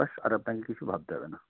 ব্যস আর আপনাকে কিছু ভাবতে হবে না